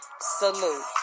Salute